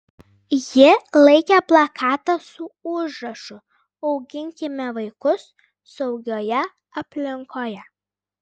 ji laikė plakatą su užrašu auginkime vaikus saugioje aplinkoje